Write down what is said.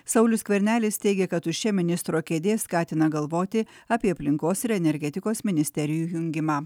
saulius skvernelis teigia kad tuščia ministro kėdė skatina galvoti apie aplinkos ir energetikos ministerijų jungimą